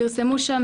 פרסמו שם